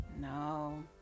No